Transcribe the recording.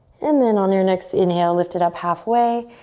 and then on your next inhale, lift it up halfway,